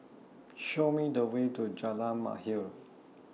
Show Me The Way to Jalan Mahir